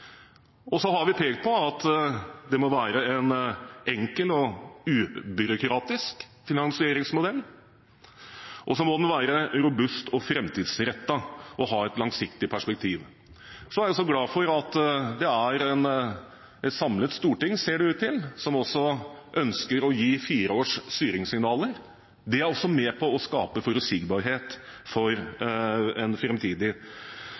har også pekt på at det må være en enkel og ubyråkratisk finansieringsmodell, og den må være robust, framtidsrettet og ha et langsiktig perspektiv. Jeg er glad for at det er et samlet storting, ser det ut til, som også ønsker å gi fireårs styringssignaler. Det er også med på å skape forutsigbarhet for